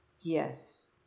yes